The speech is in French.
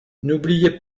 n’oubliez